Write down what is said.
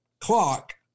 clock